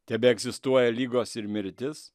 tebeegzistuoja ligos ir mirtis